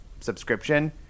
subscription